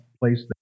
place